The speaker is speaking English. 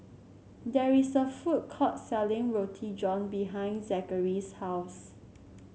there is a food court selling Roti John behind Zachery's house